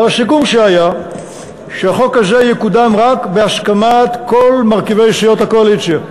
אבל הסיכום שהיה שהחוק הזה יקודם רק בהסכמת כל מרכיבי סיעות הקואליציה,